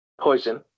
Poison